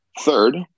third